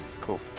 Cool